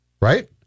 right